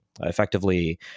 Effectively